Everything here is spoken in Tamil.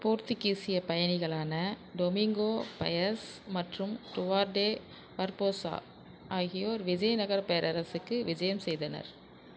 போர்த்து கீசியப் பயணிகளான டொமிங்கோ பயஸ் மற்றும் டுவார்டே பர்போசா ஆகியோர் விஜயநகரப் பேரரசுக்கு விஜயம் செய்தனர்